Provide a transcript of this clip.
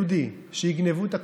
מילא, דודי, שיגנבו את הקופה.